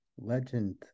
Legend